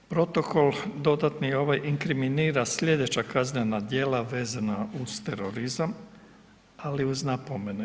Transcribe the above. Protokol dodatni ovaj inkriminira slijedeća kaznena djela vezana uz terorizam ali uz napomene.